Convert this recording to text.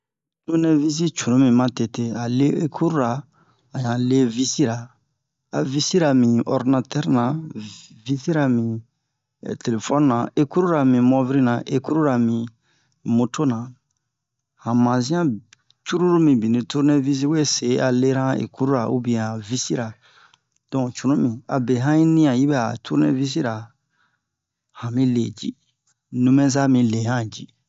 Turnevisi cunu mi ma tete a le ecurura a yan le visira a visira mi ornatɛr na visira mi telefoni na ecurura mi moviri na ecurura mi moto na han mazian cruru mibini turnevisi we se a lera han ecurura ubiɛn han visira don ho cunu mi abe han i ni'a yi bɛ'a turnevisira han mi le ji numɛza mi lehan ji